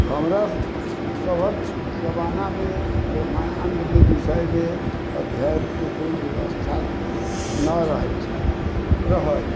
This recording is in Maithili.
हमरासभक जमानामे ब्रह्माण्डके विषयमे अध्ययनके कोइ व्यवस्था न रहै छै रहै